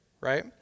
right